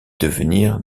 devenir